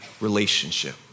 relationship